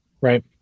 Right